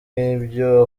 n’ibyo